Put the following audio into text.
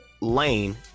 lane